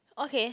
okay